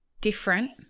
different